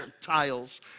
tiles